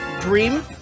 dream